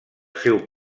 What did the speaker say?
seu